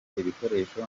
ibikoresho